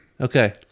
Okay